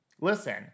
listen